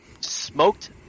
Smoked